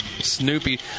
Snoopy